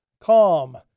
calm